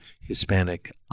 Hispanic